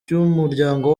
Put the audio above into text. ry’umuryango